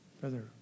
Brother